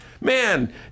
man